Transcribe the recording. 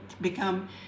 become